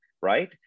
right